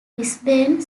brisbane